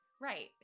Right